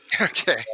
Okay